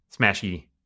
smashy